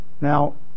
Now